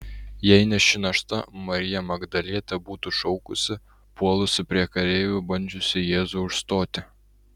jei ne ši našta marija magdalietė būtų šaukusi puolusi prie kareivių bandžiusi jėzų užstoti